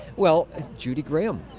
well, judi graham,